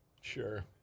Sure